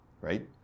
Right